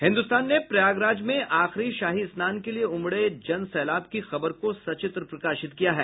हिन्दुस्तान ने प्रयागराज में आखिरी शाही स्नान के लिए उमड़े जन सैलाब की खबर को सचित्र प्रकाशित किया है